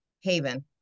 Haven